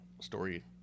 story